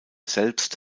selbst